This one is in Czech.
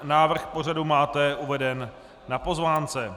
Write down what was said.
Návrh pořadu máte uveden na pozvánce.